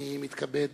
אני מתכבד